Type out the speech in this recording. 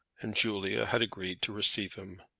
and julia had agreed to receive him.